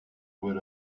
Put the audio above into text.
word